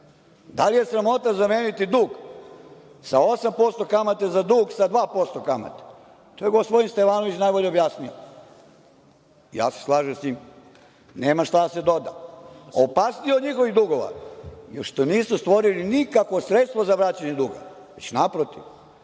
Da li je sramota zameniti dug sa 8% kamate za dug sa 2% kamate? To bi gospodin Stevanović najbolje objasnio. Slažem se s njim, nema šta da se doda. Opasnije od njihovih dugova je što nisu stvorili nikakvo sredstvo za vraćanje duga, već naprotiv,